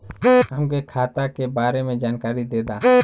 हमके खाता के बारे में जानकारी देदा?